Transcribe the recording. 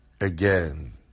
again